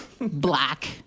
black